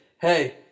hey